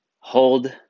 Hold